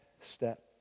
step